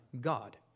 God